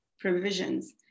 provisions